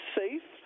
safe